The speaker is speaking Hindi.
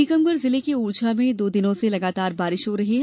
टीकमगढ़ जिले के ओरछा में दो दिनों से लगातार बारिश हो रही है